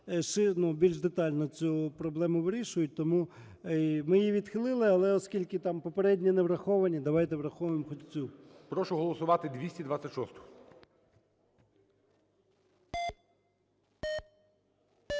більш детально цю проблему вирішують, тому ми її відхилили. Але оскільки там попередні не враховані, давайте врахуємо хоч цю. ГОЛОВУЮЧИЙ. Прошу голосувати 226-у.